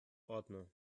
ordner